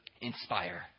inspire